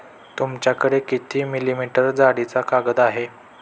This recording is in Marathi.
तुमच्याकडे किती मिलीमीटर जाडीचा कागद आहे?